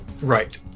right